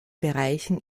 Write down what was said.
bereichen